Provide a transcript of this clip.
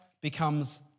becomes